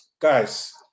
guys